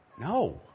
No